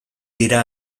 dira